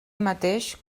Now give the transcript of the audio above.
mateix